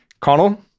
Connell